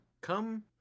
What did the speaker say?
come